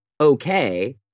okay